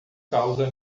causa